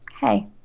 hey